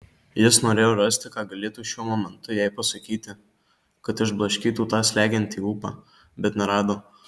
jis norėjo rasti ką galėtų šiuo momentu jai pasakyti kad išblaškytų tą slegiantį ūpą bet nerado